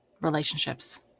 relationships